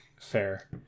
fair